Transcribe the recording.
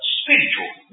spiritual